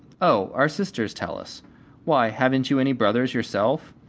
oh, our sisters tell us why haven't you any brothers yourself?